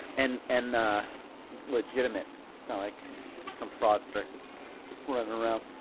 and and legitimate. it's not like some fraudster running around.